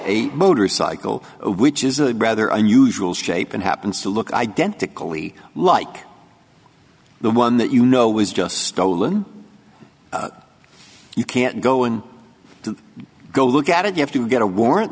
a motorcycle which is a rather unusual shape and happens to look identical ie like the one that you know was just stolen you can't go in to go look at it you have to get a warrant